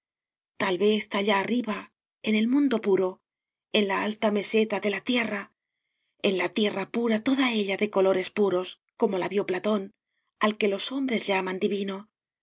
tal vez allá arriba en el mundo puro en la alta meseta de la tierra en la tierra pura toda ella de colores puros como la vio platón al que los hombres llaman divino